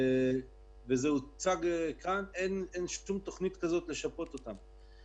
וזה הוצג כאן, אין שום תוכנית כזאת לשפות אותם.